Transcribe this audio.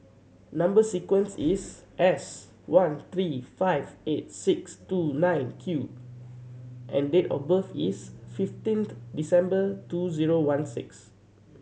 number sequence is S one three five eight six two nine Q and date of birth is fifteenth December two zero one six